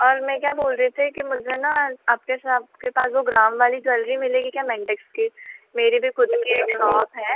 और मैं क्या बोल रहे थे कि मुझे ना आपके सबके पास वह ग्राम वाली ज्वेलरी मिलेगी क्या मेंटेक्स की मेरी भी ख़ुद की एक शॉप है